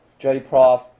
JPROF